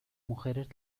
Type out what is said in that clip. mujeres